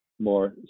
more